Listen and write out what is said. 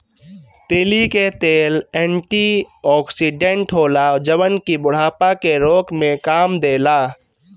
तीली के तेल एंटी ओक्सिडेंट होला जवन की बुढ़ापा के रोके में काम देला